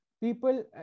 people